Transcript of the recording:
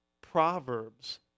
Proverbs